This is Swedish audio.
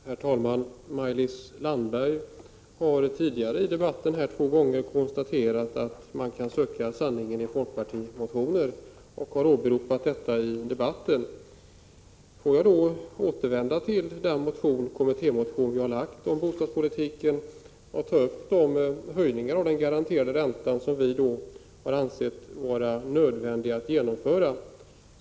Herr talman! Maj-Lis Landberg har tidigare två gånger i debatten konstaterat att man kan söka sanningen i folkpartiets motioner. Låt mig 39 återvända till den av oss väckta kommittémotionen om bostadspolitiken och ta upp de höjningar av den garanterade räntan som vi har ansett vara nödvändiga att genomföra.